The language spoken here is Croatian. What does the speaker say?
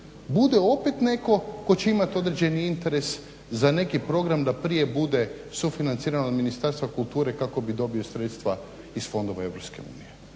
bude opet netko tko će imat određeni interes za neki program da prije bude sufinanciran od mInistarstva kulture kako bi dobio sredstva iz Fondova EU.